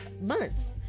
months